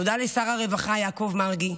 תודה לשר הרווחה יעקב מרגי,